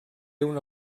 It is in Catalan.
una